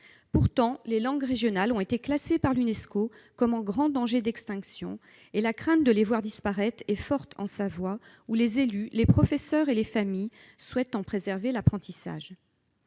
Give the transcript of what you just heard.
Pourtant, les langues régionales ont été classées par l'Unesco comme « en grand danger d'extinction ». La crainte de les voir disparaître est forte en Savoie, où les élus, les professeurs et les familles souhaitent en préserver l'apprentissage.